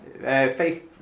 faith